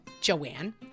Joanne